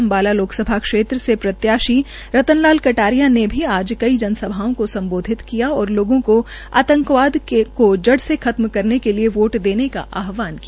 अंबाला लोकसभा क्षेत्र से प्रत्याशी रतन लाल कटारिया ने भी आज कई जनसभाओं को संबोधित किया और लोगों को आतंकवाद को जड़ से खत्म करने के लिए वोट देने का आहवान किया